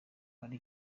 hari